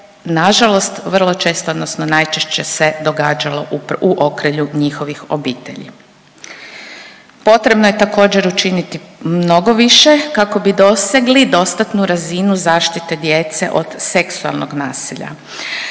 nažalost vrlo često odnosno najčešće se događalo u okrilju njihovih obitelji. Potrebno je također učiniti mnogo više kako bi dosegli dostatnu razinu zaštite djece od seksualnog nasilja.